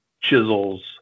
chisels